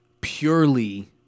purely